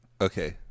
Okay